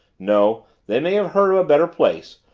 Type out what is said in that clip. no, they may have heard of a better place,